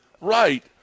Right